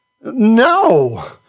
No